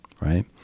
right